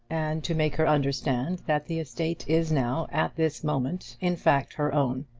and to make her understand that the estate is now, at this moment, in fact her own.